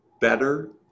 better